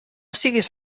siguis